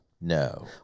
No